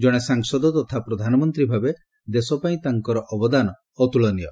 ଜଣେ ସାଂସଦ ତଥା ପ୍ରଧାନମନ୍ତ୍ରୀ ଭାବେ ଦେଶପାଇଁ ତାଙ୍କର ଅବଦାନ ଅତ୍କଳନୀୟ